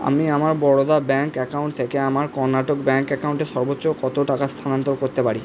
আমি আমার Baroda bank account থেকে আমার কর্ণাটক ব্যাংক অ্যাকাউন্টে সর্বোচ্চ কত টাকা স্থানান্তর করতে পারি